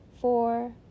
four